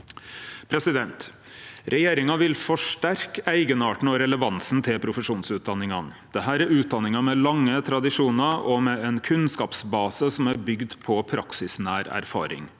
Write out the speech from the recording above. leverandørar. Regjeringa vil forsterke eigenarten og relevansen til profesjonsutdanningane. Dette er utdanningar med lange tradisjonar og med ein kunnskapsbase som er bygd på praksisnær erfaring.